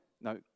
No